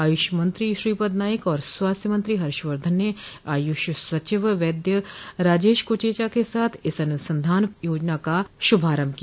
आयुष मंत्री श्रीपद नाइक और स्वास्थ्य मंत्री हर्षवर्धन ने आयुष सचिव वैद्य राजेश कोटेचा के साथ इस अनुसंधान परियोजना का शुभारंभ किया